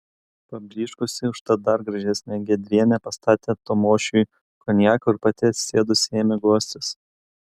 pablyškusi užtat dar gražesnė giedrienė pastatė tamošiui konjako ir pati atsisėdusi ėmė guostis